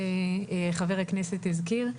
שחבר הכנסת הזכיר.